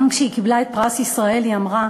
גם כשהיא קיבלה את פרס ישראל היא אמרה,